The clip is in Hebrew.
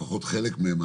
לפחות לחלק מהם,